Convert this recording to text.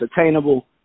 attainable